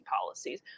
policies